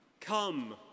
Come